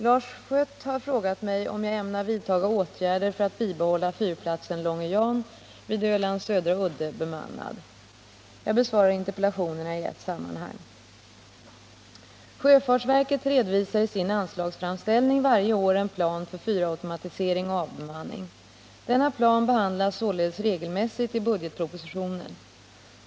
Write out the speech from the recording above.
Lars Schött har frågat mig om jag ämnar vidtaga åtgärder för att bibehålla fyrplatsen Långe Jan vid Ölands södra udde bemannad. Jag besvarar interpellationerna i ett sammanhang. Sjöfartsverket redovisar i sin anslagsframställning varje år en plan för fyrautomatisering och avbemanning. Denna plan behandlas således regelmässigt i budgetpropositionen.